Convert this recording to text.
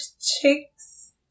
chicks